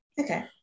Okay